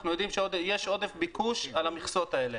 אנחנו יודעים שיש עודף ביקוש על המכסות האלה.